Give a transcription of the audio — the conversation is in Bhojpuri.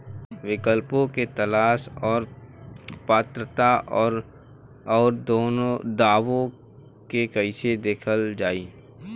विकल्पों के तलाश और पात्रता और अउरदावों के कइसे देखल जाइ?